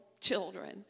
children